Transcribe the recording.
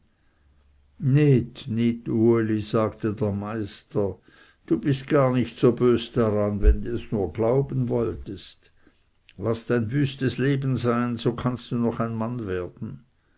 uli sagte der meister du bist gar nicht so bös daran wenn du es nur glauben wolltest laß dein wüstes leben sein so kannst du noch ein mann werden